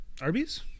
Arby's